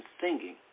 singing